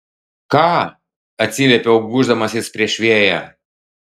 ką atsiliepiau gūždamasis prieš vėją